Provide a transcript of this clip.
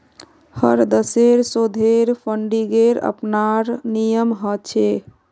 हर देशेर शोधेर फंडिंगेर अपनार नियम ह छे